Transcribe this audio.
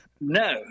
No